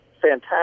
fantastic